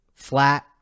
Flat